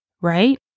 right